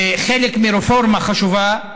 וחלק מרפורמה חשובה,